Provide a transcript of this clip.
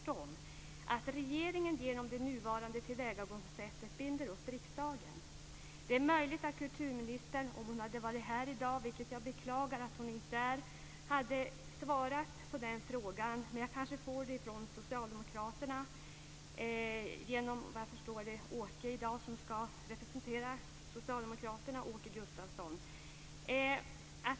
Regeringen binder nämligen genom det nuvarande tillvägagångssättet upp riksdagen. Det är möjligt att kulturministern om hon hade varit här i dag - vilket jag beklagar att hon inte är - hade svarat på en fråga om detta. Men jag kanske får ett svar från socialdemokraterna genom Åke Gustavsson - vad jag förstår är det han som ska representera dem i dag.